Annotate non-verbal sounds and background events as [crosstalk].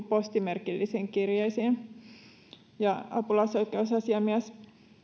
[unintelligible] postimerkillisiin kirjeisiin apulaisoikeusasiamies